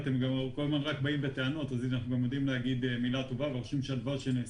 לגבי מי שלא קיים הוראות מנהל לפי סעיף 36,